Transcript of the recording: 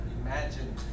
imagine